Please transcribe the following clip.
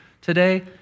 today